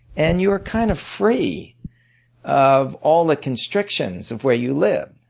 and you're kind of free of all the constrictions of where you live.